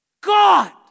God